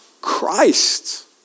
Christ